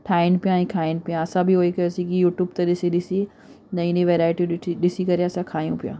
ठाहिनि पिया ऐं खाइनि पिया असां बि हो ई कयोसीं की यूट्यूब ते ॾिसी ॾिसी नईं नईं वैराइटियूं ॾिठी ॾिसी करे असां खाऊं पिया